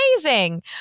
amazing